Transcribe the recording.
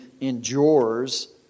endures